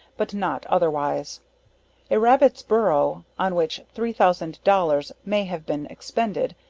but not otherwise a rabbit's borough, on which three thousand dollars may have been expended,